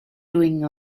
doing